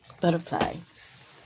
Butterflies